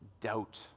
doubt